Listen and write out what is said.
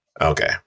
Okay